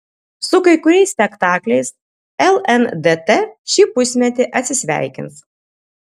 su kai kuriais spektakliais lndt šį pusmetį atsisveikins